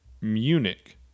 Munich